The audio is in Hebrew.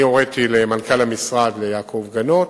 אני הוריתי למנכ"ל המשרד, ליעקב גנות,